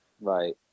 right